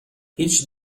هیچ